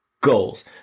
Goals